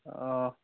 অঁ